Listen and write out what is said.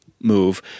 move